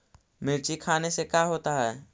मिर्ची खाने से का होता है?